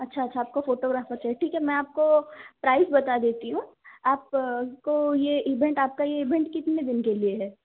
अच्छा अच्छा आपको फोटोग्राफर चाहिए ठीक है मैं आपको प्राइस बता देता हूँ आपको ये इवेंट आपका यह इवेंट कितने दिन के लिए है